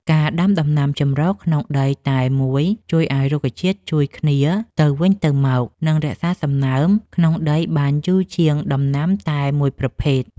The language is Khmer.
ការដាំដំណាំចម្រុះក្នុងដីតែមួយជួយឱ្យរុក្ខជាតិជួយគ្នាទៅវិញទៅមក និងរក្សាសំណើមក្នុងដីបានយូរជាងដាំដំណាំតែមួយប្រភេទ។